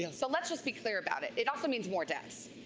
you know so let's let's be clear about it. it also means more deaths.